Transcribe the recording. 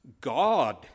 God